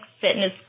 fitness